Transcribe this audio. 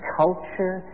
culture